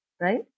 Right